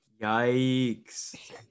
Yikes